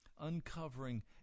uncovering